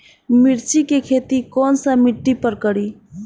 मिर्ची के खेती कौन सा मिट्टी पर करी?